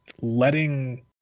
letting—